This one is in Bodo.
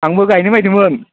आंबो गायनो नायदोंमोन